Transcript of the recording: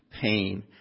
pain